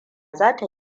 zai